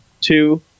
Two